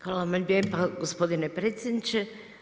Hvala lijepa gospodine predsjedniče.